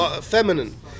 feminine